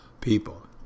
people